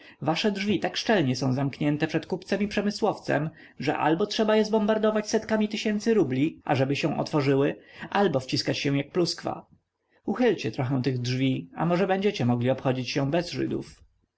wasze drzwi tak szczelnie są zamknięte przed kupcem i przemysłowcem że albo trzeba je zbombardować setkami tysięcy rubli ażeby się otworzyły albo wciskać się jak pluskwa uchylcie trochę tych drzwi a może będziecie mogli obchodzić się bez żydów